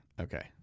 Okay